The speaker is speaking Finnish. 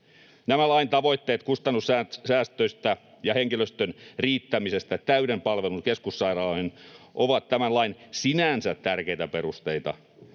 Nämä lain tavoitteet kustannussäästöistä ja henkilöstön riittämisestä täyden palvelun keskussairaaloihin ovat tämän lain sinänsä tärkeitä perusteita,